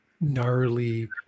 gnarly